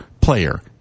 player